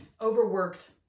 overworked